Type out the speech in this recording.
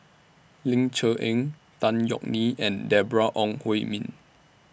Ling Cher Eng Tan Yeok Nee and Deborah Ong Hui Min